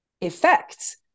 effects